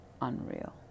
unreal